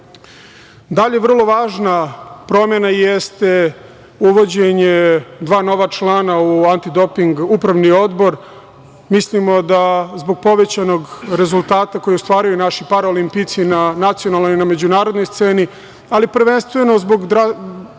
sporta. Vrlo važna promena jeste uvođenje dva nova člana u Antidoping upravni odbor. Mislimo da zbog povećanog rezultata koji ostvaruju naši paraolimpijci na nacionalnoj i međunarodnoj sceni, ali prvenstveno zbog drastično